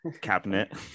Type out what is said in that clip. cabinet